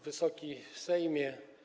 Wysoki Sejmie!